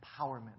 empowerment